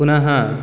पुनः